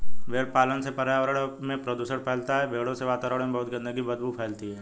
भेड़ पालन से पर्यावरण में प्रदूषण फैलता है भेड़ों से वातावरण में बहुत गंदी बदबू फैलती है